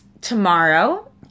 tomorrow